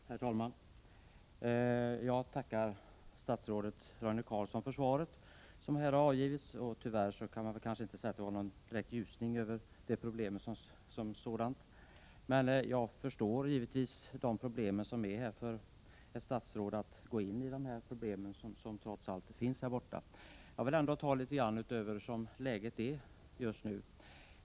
Herr talman! Jag tackar statsrådet Roine Carlsson för svaret. Tyvärr innebär det ingen direkt ljusning, men jag förstår givetvis svårigheten för ett statsråd att gå in på de problem som här finns. Jag vill ändå tala om läget som det är just nu.